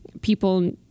people